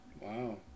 Wow